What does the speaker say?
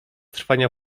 trwania